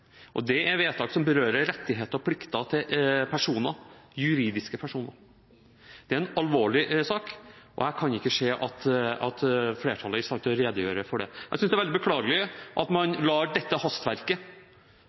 og det er vedtak som berører juridiske personers rettigheter og plikter. Det er en alvorlig sak, og jeg kan ikke se at flertallet er i stand til å redegjøre for det. Jeg synes det er veldig beklagelig at